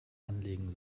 anlegen